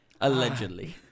Allegedly